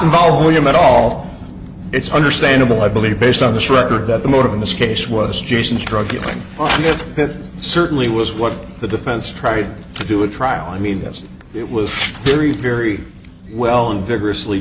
involve him at all it's understandable i believe based on this record that the motive in this case was jason's drug dealing that certainly was what the defense tried to do a trial i mean yes it was very very well and vigorously